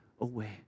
away